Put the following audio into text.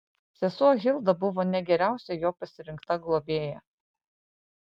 sesuo hilda buvo ne geriausia jo pasirinkta globėja